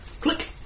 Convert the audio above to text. Click